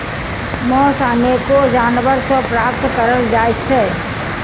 मौस अनेको जानवर सॅ प्राप्त करल जाइत छै